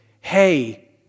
hey